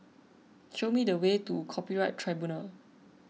show me the way to Copyright Tribunal